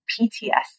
PTSD